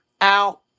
out